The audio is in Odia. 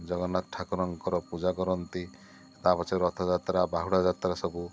ଜଗନ୍ନାଥ ଠାକୁରଙ୍କର ପୂଜା କରନ୍ତି ତା' ପଛରେ ରଥଯାତ୍ରା ବାହୁଡ଼ା ଯାତ୍ରା ସବୁ